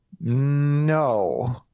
No